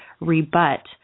rebut